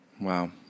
Wow